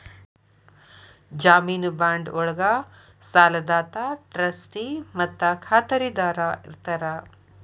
ಜಾಮೇನು ಬಾಂಡ್ ಒಳ್ಗ ಸಾಲದಾತ ಟ್ರಸ್ಟಿ ಮತ್ತ ಖಾತರಿದಾರ ಇರ್ತಾರ